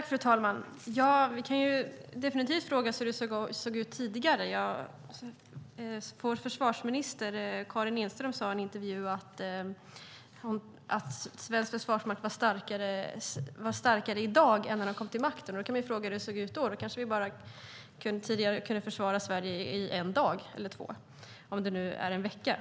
Fru talman! Vi kan definitivt fråga oss hur det såg ut tidigare. Vår försvarsminister Karin Enström sade i en intervju att svensk försvarsmakt var starkare i dag än när Alliansen kom till makten. Man kan fråga sig hur det såg ut då. Vi kanske bara kunde försvara Sverige i en dag eller två dagar tidigare om det nu är en vecka.